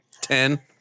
Ten